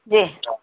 جی